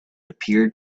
appeared